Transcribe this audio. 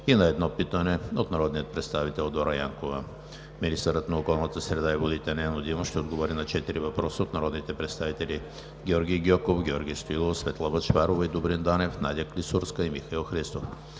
и на едно питане от народния представител Дора Янкова. 9. Министърът на околната среда и водите Нено Димов ще отговори на четири въпроса от народните представители Георги Гьоков; Георги Стоилов, Светла Бъчварова и Добрин Данев; Надя Клисурска; и Михаил Христов.